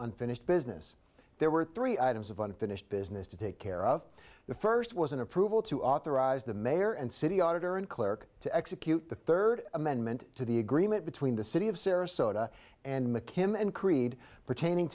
unfinished business there were three items of unfinished business to take care of the first was an approval to authorize the mayor and city auditor and clerk to execute the third amendment to the agreement between the city of sarasota and mckim and creed pertaining